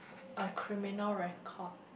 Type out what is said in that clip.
a criminal record